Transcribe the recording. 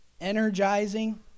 energizing